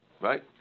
right